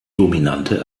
dominante